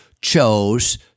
chose